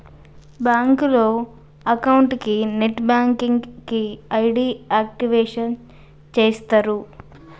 బ్యాంకులో అకౌంట్ కి net banking కి ఐడి యాక్టివేషన్ చేస్తరు